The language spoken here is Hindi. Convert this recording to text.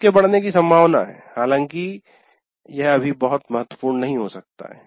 इसके बढ़ने की संभावना है हालांकि यह अभी बहुत महत्वपूर्ण नहीं हो सकता है